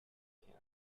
camp